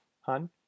Hun